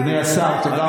אדוני השר, תודה רבה.